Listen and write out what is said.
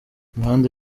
imihanda